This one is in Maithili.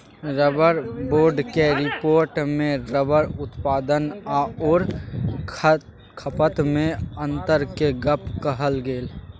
रबर बोर्डक रिपोर्टमे रबर उत्पादन आओर खपतमे अन्तरक गप कहल गेल